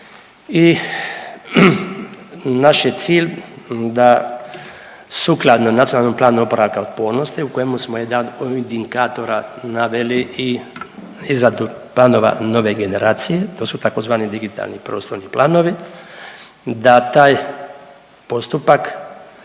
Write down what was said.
i naš je cilj da sukladno NPOO-u u kojemu smo jedan od indikatora naveli i izradu planova nove generacije to su tzv. digitalni prostorni planovi, da taj postupak